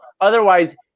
Otherwise